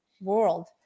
world